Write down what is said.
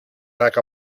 lack